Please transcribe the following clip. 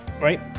right